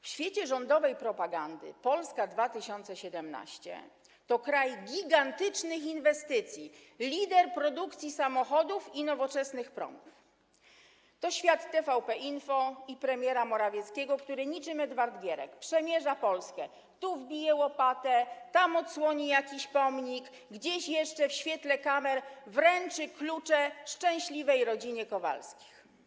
W świecie rządowej propagandy Polska 2017 r. to kraj gigantycznych inwestycji, lider produkcji samochodów i nowoczesnych promów, to świat TVP Info i premiera Morawieckiego, który niczym Edward Gierek przemierza Polskę: tu wbije łopatę, tam odsłoni jakiś pomnik, gdzieś jeszcze w świetle kamer wręczy klucze szczęśliwej rodzinie Kowalskich.